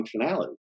functionality